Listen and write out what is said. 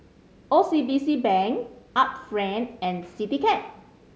O C B C Bank Art Friend and Citycab